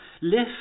Lift